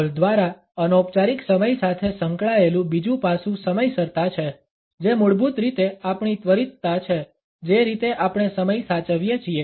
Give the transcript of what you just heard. hall દ્વારા અનૌપચારિક સમય સાથે સંકળાયેલું બીજું પાસું સમયસરતા છે જે મૂળભૂત રીતે આપણી ત્વરિતતા છે જે રીતે આપણે સમય સાચવીએ છીએ